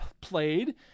played